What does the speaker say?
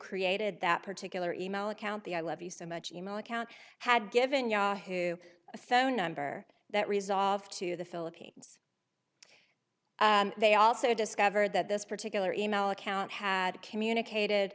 created that particular e mail account the i love you so much email account had given yahoo a phone number that resolved to the philippines they also discovered that this particular e mail account had communicated